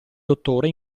dottore